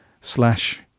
slash